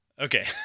Okay